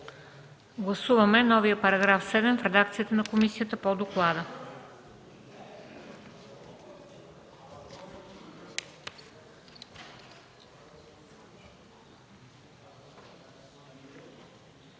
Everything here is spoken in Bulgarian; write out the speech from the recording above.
Гласуваме новия § 9 в редакцията на комисията по доклада.